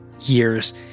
years